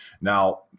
Now